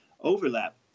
overlap